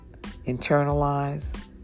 internalize